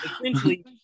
essentially